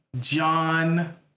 John